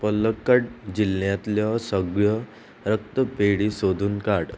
पलक्कट जिल्ल्यांतल्यो सगळ्यो रक्तपेढी सोदून काड